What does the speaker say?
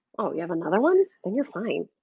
oh, you have another one then you're fine.